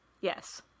yes